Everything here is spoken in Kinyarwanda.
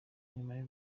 nyuma